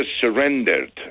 surrendered